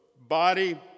body